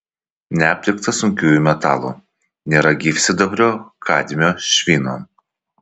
neaptikta sunkiųjų metalų nėra gyvsidabrio kadmio švino